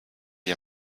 ihr